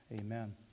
Amen